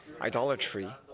idolatry